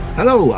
hello